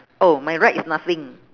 oh my right is nothing